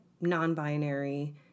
non-binary